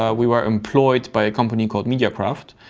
ah we were employed by a company called media kraft.